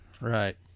Right